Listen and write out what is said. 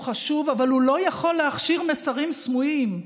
חשוב אבל הוא לא יכול להכשיר מסרים סמויים,